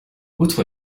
outre